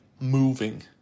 moving